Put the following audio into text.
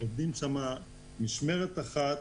עובדים שם משמרת אחת,